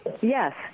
Yes